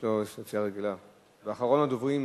אחרון הדוברים,